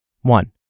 One